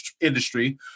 industry